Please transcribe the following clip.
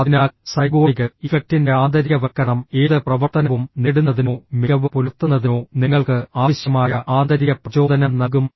അതിനാൽ സൈഗോണിക് ഇഫക്റ്റിന്റെ ആന്തരികവൽക്കരണം ഏത് പ്രവർത്തനവും നേടുന്നതിനോ മികവ് പുലർത്തുന്നതിനോ നിങ്ങൾക്ക് ആവശ്യമായ ആന്തരിക പ്രചോദനം നൽകും